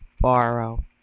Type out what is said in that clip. borrow